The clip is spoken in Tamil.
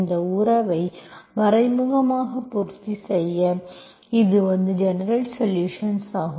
இந்த உறவை மறைமுகமாக பூர்த்தி செய்ய எனவே இது ஜெனரல்சொலுஷன் ஆகும்